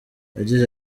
yagize